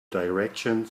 direction